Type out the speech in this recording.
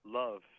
love